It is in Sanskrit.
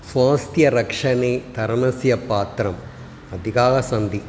स्वास्थ्यरक्षणे धर्मस्य पात्रम् अधिकाः सन्ति